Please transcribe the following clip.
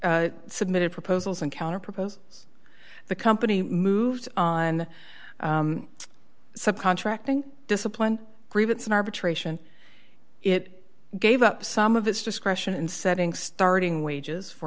sides submitted proposals and counterproposals the company moved on so contracting disciplined grievance in arbitration it gave up some of its discretion in setting starting wages for